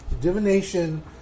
divination